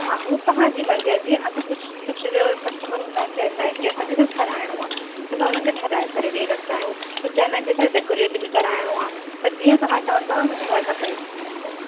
हा उहो तव्हांजी मर्जी आहे जीअं असां कुझु कुझु रेयर कस्टमर हूंदा आहिनि चवंदा आहिनि की असांखे सिर्फ़ु ठहाराइणो आहे त असां उनखे ठहाराइ करे ॾई रखदा आहियूं कुझु चवंदा आहिनि की असांखे डेकोरेट बि कराइणो आहे त जीअं तव्हां चवंदव उहो असां करे रखदासीं